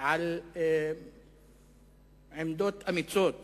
על עמדות אמיצות